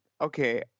okay